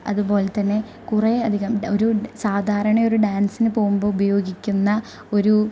അതുപോലെത്തന്നെ കുറേയധികം ഒരു സാധാരണയൊരു ഡാന്സിന് പോകുമ്പോൾ ഉപയോഗിക്കുന്ന ഒരു